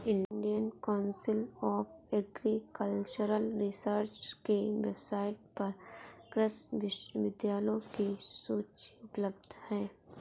Indian council of agricultural research के website पर कृषि विश्वविद्यालयों की सूची उपलब्ध है